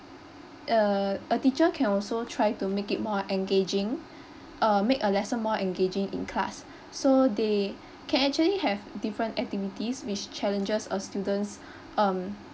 err a teacher can also try to make it more engaging err make a lesson more engaging in class so they can actually have different activities which challenges a students um